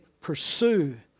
pursue